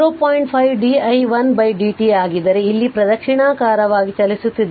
5 di1 dt ಆಗಿದ್ದರೆ ಇಲ್ಲಿ ಪ್ರದಕ್ಷಿಣಾಕಾರವಾಗಿ ಚಲಿಸುತ್ತಿದ್ದೇವೆ